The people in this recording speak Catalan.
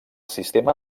sistema